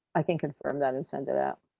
i can confirm that and send it out.